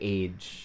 age